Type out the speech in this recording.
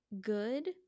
good